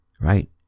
right